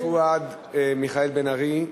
פואד, מיכאל בן-ארי,